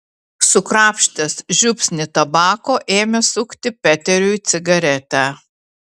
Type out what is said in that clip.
sukrapštęs žiupsnį tabako ėmė sukti peteriui cigaretę